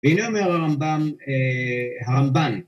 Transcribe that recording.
והנה אומר הרמב"ם, אה הרמב״ן